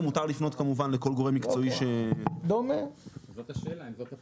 הכוונה שזה לא יהיה בתוך